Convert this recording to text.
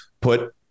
put